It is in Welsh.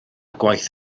gwaith